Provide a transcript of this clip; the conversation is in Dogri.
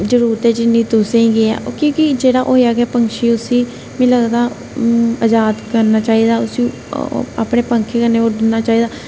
जरुरत जिन्नी तुसेंगी है क्योंकि जेहड़ा होआ गै पक्षी उसी मिगी लगदा आजाद करना चाहिदा उसी अपने पंक्खें कन्नै उड्डना चाहिदा